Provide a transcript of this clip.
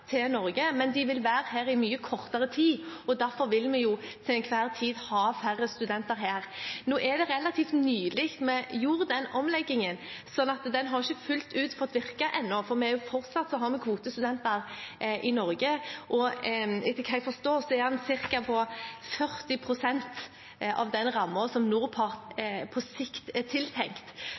til Norge, men de vil være her i mye kortere tid, og derfor vil vi til enhver tid ha færre studenter her. Nå er det relativt nylig vi gjorde den omleggingen, slik at den ikke fullt ut har fått virke ennå, for fortsatt har vi kvotestudenter i Norge – og etter hva jeg forstår, er andelen på ca. 40 pst. av den rammen som NORPART på sikt er tiltenkt,